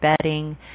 bedding